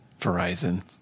Verizon